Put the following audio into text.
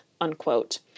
unquote